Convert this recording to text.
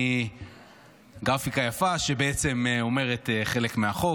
גרפיקה יפה שבעצם אומרת חלק מהחוק.